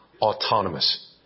autonomous